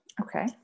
Okay